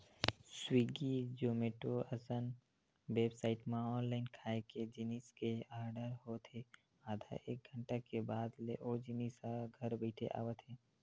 Swiggy, Zomato असन website म online खाए के जिनिस के आरडर होत हे आधा एक घंटा के बाद ले ओ जिनिस ह घर बइठे आवत हे